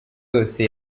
yose